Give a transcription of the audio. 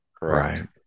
right